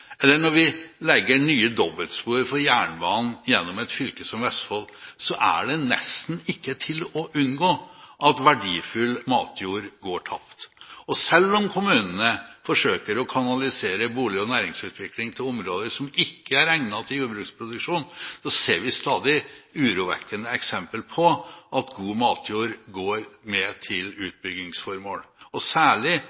fylke som Vestfold, er det nesten ikke til å unngå at verdifull matjord går tapt. Selv om kommunene forsøker å kanalisere bolig- og næringsutvikling til områder som ikke er egnet til jordbruksproduksjon, ser vi stadig urovekkende eksempler på at god matjord går med til